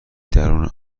درون